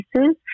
pieces